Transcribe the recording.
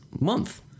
month